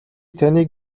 таныг